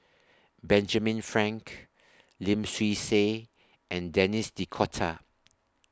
Benjamin Frank Lim Swee Say and Denis D'Cotta